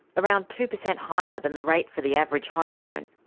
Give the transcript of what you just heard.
around two percent higher than the rate for the average home loan.